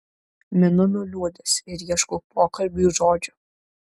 minu nuliūdęs ir ieškau pokalbiui žodžių